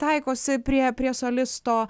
taikosi prie prie solisto